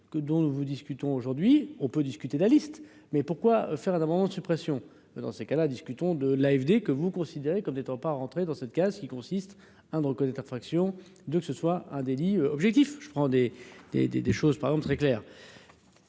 dont nous discutons aujourd'hui, on peut discuter de la liste, mais pourquoi faire un amendement de suppression dans ces cas-là discutons de l'AFD que vous considérez comme n'étant pas rentrer dans cette case qui consiste, hein, de reconnaître l'infraction de que ce soit un délit objectif je prends des, des, des, des choses par exemple très clair.